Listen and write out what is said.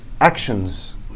actions